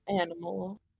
Animal